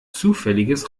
zufälliges